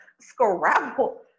Scrabble